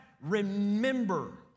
remember